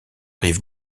rive